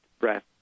breath